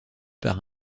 par